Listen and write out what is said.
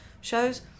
shows